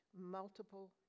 multiple